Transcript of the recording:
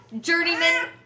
journeyman